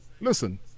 listen